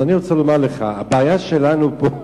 אני רוצה לומר לך, הבעיה שלנו פה,